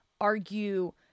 argue